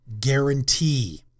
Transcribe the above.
guarantee